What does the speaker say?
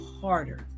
harder